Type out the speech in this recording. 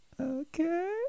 Okay